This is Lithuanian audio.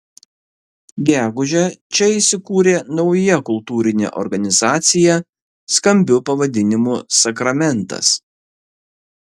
gegužę čia įsikūrė nauja kultūrinė organizacija skambiu pavadinimu sakramentas